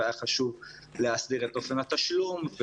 והיה חשוב להסדיר את אופן התשלום,